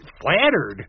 flattered